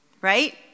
Right